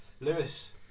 Lewis